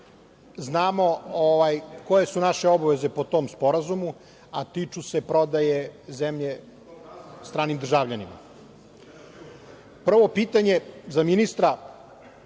znamo koje su naše obaveze po tom Sporazumu, a tiču se prodaje zemlje stranim državljanima. Prvo pitanje za ministra